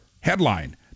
headline